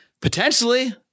potentially